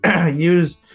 use